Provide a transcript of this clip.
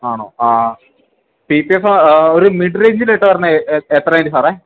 ആണോ ആ പിപിഎഫ ഒരു മിഡിൽേഏജ ലെട്ടാ പറഞ്ഞേ എത്രേ് സാറേ